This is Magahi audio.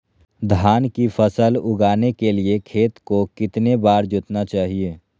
धान की फसल उगाने के लिए खेत को कितने बार जोतना चाइए?